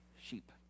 sheep